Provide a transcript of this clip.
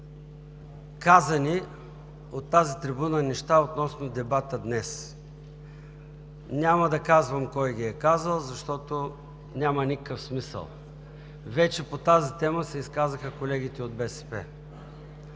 казани от тази трибуна неща относно дебата днес. Няма да казвам кой ги е казал, защото няма никакъв смисъл. Вече по тази тема се изказаха колегите от БСП.